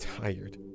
tired